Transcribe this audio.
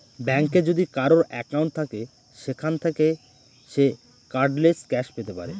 ব্যাঙ্কে যদি কারোর একাউন্ট থাকে সেখান থাকে সে কার্ডলেস ক্যাশ পেতে পারে